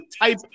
type